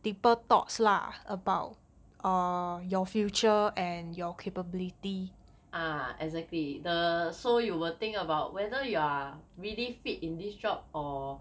ah exactly err so you will think about whether you are really fit in this job or